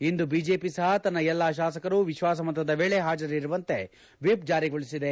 ಇಂದು BJP ಸಹ ತನ್ನ ಎಲ್ಲಾ ಶಾಸಕರು ವಿಶ್ವಾಸಮತದ ವೇಳೆ ಹಾಜರಿರುವಂತೆ ವಿಪ್ ಜಾರಿ ಮಾಡಿದೆ